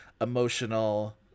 emotional